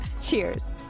Cheers